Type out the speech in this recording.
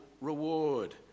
reward